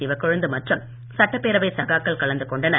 சிவக்கொழுந்து மற்றும் சட்டப்பேரவை சகாக்கள் கலந்து கொண்டனர்